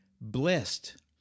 Blessed